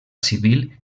civil